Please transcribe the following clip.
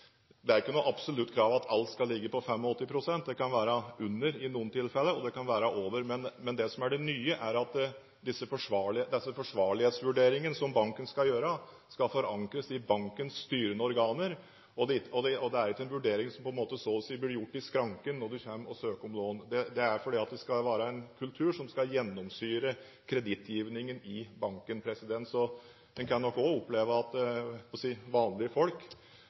alt skal ligge på 85 pst. Det kan ligge under i noen tilfeller, og det kan ligge over. Det som er det nye, er at de forsvarlighetsvurderingene som banken skal foreta, skal forankres i bankens styrende organer. Det er ikke en vurdering som så å si blir foretatt i skranken når du kommer og søker om lån, det skal være en kultur som skal gjennomsyre kredittgivingen i banken. En kan nok også oppleve at – jeg holdt på å si – vanlige folk